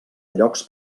llocs